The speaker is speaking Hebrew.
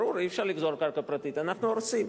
ברור, אי-אפשר לגזול קרקע פרטית, אנחנו הורסים.